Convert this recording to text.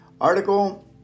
article